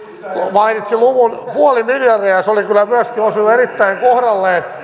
mainitsi luvun puoli miljardia ja se kyllä myöskin osui erittäin kohdalleen